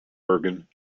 bergen